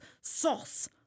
sauce